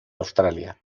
australia